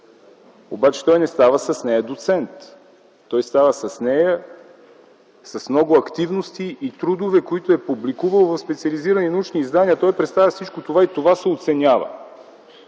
с нея той не става доцент. Той става такъв с много активности и трудове, публикувани в специализирани научни издания. Той представя всичко това и то се оценява.